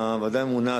הוועדה הממונה,